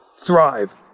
thrive